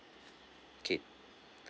okay